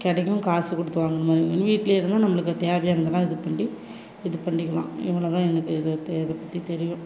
கிடைக்கும் காசு கொடுத்து வாங்கும்போது வீட்டிலே இருந்தால் நம்மளுக்கு அது தேவையான இதெல்லாம் இது பண்ணி இது பண்ணிக்கலாம் இவ்வளோ தான் எனக்கு இது தே பற்றி தெரியும்